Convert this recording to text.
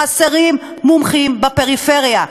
חסרים מומחים בפריפריה.